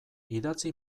idatzi